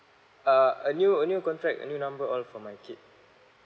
uh a new a new contract a new number all for my kid